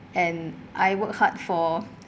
and I worked hard for